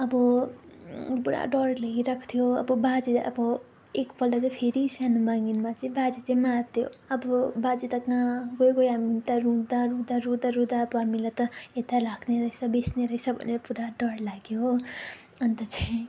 अब पुरा डर लागिरहेको थियो अब बाजे अब एकपल्ट चाहिँ फेरि सानो भागिनमा चाहिँ बाजे चाहिँ मात्यो अब बाजे त कहाँ गयो गयो हामी त रुँदा रुँदा रुँदा रुँदा अब हामीलाई त यता राख्ने रहेछ बेच्ने रहेछ भनेर पुरा डर लाग्यो हो अन्त चाहिँ